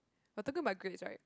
we're talking about grades right